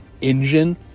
engine